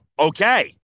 Okay